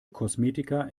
kosmetika